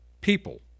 people